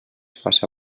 faça